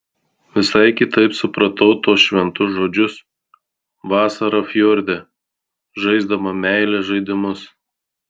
visai kitaip supratau tuos šventus žodžius vasarą fjorde žaisdama meilės žaidimus